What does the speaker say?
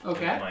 Okay